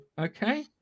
Okay